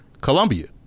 Columbia